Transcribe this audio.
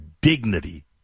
dignity